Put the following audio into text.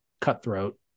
cutthroat